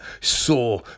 saw